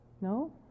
No